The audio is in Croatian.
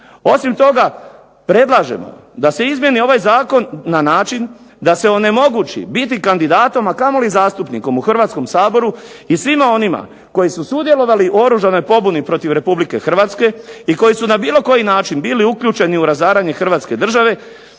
Osim toga, predlažemo da se izmijeni ovaj zakon na način da se onemogući biti kandidatom, a kamoli zastupnikom u Hrvatskom saboru i svima onima koji su sudjelovali u oružanoj pobuni protiv Republike Hrvatske i koji su na bilo koji način bili uključeni u razaranje Hrvatske države